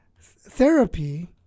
therapy